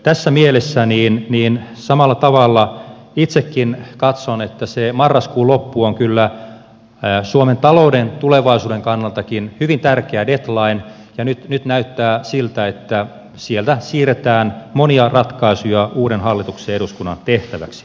tässä mielessä samalla tavalla itsekin katson että se marraskuun loppu on kyllä suomen talouden tulevaisuudenkin kannalta hyvin tärkeä deadline ja nyt näyttää siltä että sieltä siirretään monia ratkaisuja uuden hallituksen ja eduskunnan tehtäväksi